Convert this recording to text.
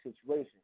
situation